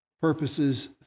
purposes